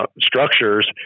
structures